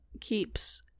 keeps